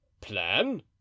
plan